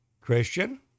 Christian